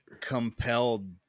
compelled